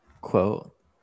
quote